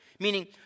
Meaning